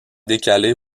décalée